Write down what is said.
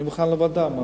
אני מוכן לוועדה.